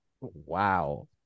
wow